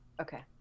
okay